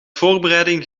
voorbereiding